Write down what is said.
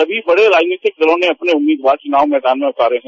सभी बड़े राजनीतिक दलों ने अपने उम्मीदवार चूनाव मैदान में उतारे हैं